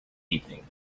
evening